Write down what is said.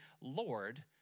Lord